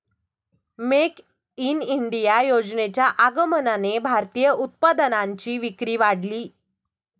make in India योजनेच्या आगमनाने भारतीय उत्पादनांची विक्री वाढली